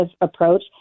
approach